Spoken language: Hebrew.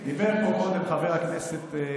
גם כדי לשמוע את התשובות הלא-כל-כך מחוברות למציאות שהשבתם.